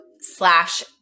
slash